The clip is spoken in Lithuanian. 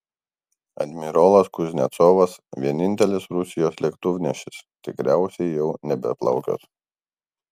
admirolas kuznecovas vienintelis rusijos lėktuvnešis tikriausiai jau nebeplaukios